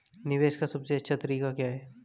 निवेश का सबसे अच्छा तरीका क्या है?